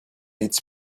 its